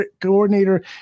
coordinator